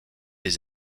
des